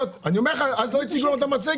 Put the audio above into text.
אני אומר לך, שאז לא הציגו לנו את המצגת.